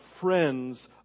friends